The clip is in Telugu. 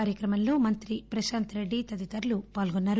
కార్యక్రమంలో మంత్రి ప్రశాంత్ రెడ్డి తదితరులు పాల్గొన్నారు